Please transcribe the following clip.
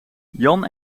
jan